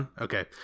Okay